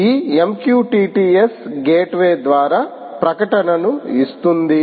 ఈ MQTT S gateway ద్యారా ప్రకటనను ఇస్తుంది